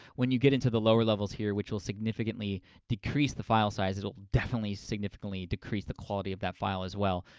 when you get into the lower levels, here, which will significantly decrease the file size, it'll definitely significantly decrease the quality of that file as well.